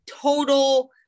total